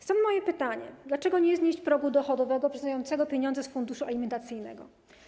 Stąd moje pytanie: Dlaczego nie znieść progu dochodowego przyznającego pieniądze z funduszu alimentacyjnego?